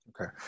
okay